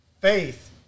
faith